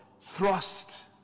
thrust